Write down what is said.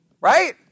Right